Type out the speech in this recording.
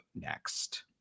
next